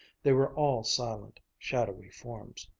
they were all silent, shadowy forms.